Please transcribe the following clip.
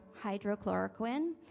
hydrochloroquine